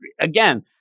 again